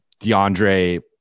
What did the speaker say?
DeAndre